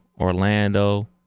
Orlando